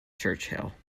churchill